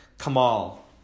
Kamal